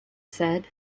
said